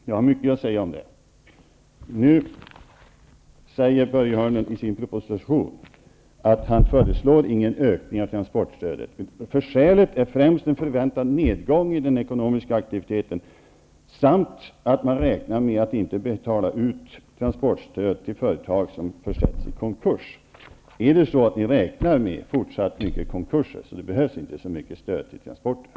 Jag har mycket att säga om det. Nu säger Börje Hörnlund i sin proposition att han inte föreslår någon ökning av transportstödet. Skälet är främst en förväntad nergång i den ekonomiska aktiviteten samt att man räknar med att inte behöva betala ut transportstöd till företag som försätts i konkurs. Räknar ni med ett fortsatt stort antal konkurser så att det inte behövs så mycket stöd till transporterna?